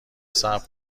صبر